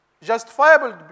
Justifiable